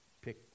pick